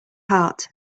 heart